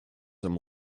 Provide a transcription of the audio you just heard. some